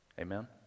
Amen